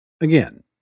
Again